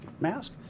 mask